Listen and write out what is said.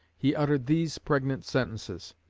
he uttered these pregnant sentences